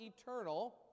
eternal